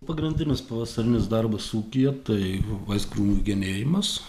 pagrindinis pavasarinis darbas ūkyje tai vaiskrūmių genėjimas